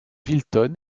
wilton